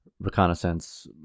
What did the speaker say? reconnaissance